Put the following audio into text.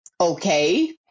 okay